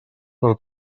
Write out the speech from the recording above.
per